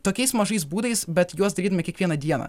tokiais mažais būdais bet juos darydami kiekvieną dieną